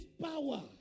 power